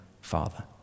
father